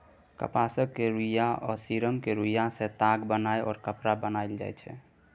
कपासक रुइया आ सिम्मरक रूइयाँ सँ ताग बनाए कपड़ा बनाएल जाइ छै